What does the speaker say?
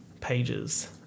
pages